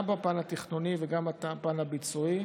גם בפן התכנוני וגם בפן הביצועי.